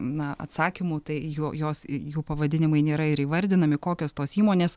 na atsakymų tai jo jos jų pavadinimai nėra ir įvardinami kokios tos įmonės